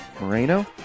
Moreno